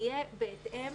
תהיה בהתאם